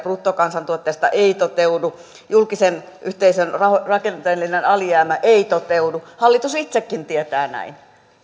bruttokansantuotteesta ei toteudu julkisen yhteisön rakenteellinen alijäämä ei toteudu hallitus itsekin tietää näin